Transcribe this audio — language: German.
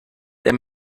der